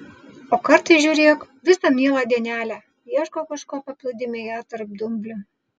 o kartais žiūrėk visą mielą dienelę ieško kažko paplūdimyje tarp dumblių